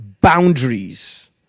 boundaries